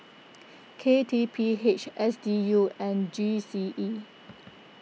K T P H S D U and G C E